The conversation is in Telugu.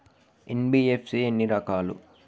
ఎన్.బి.ఎఫ్.సి ఎన్ని రకాలు?